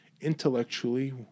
intellectually